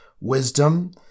wisdom